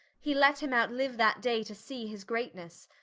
he let him outliue that day, to see his greatnesse,